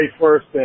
first